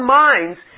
minds